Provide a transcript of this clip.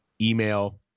email—